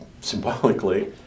symbolically